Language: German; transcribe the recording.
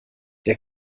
der